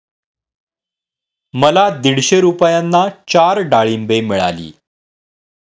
मला दीडशे रुपयांना चार डाळींबे मिळाली